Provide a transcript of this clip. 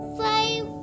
five